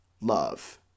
love